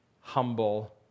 humble